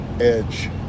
edge